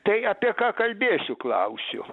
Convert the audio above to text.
tai apie ką kalbėsiu klausiu